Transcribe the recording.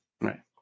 Right